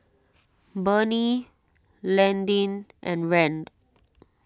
Bernie Landyn and Rand